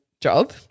job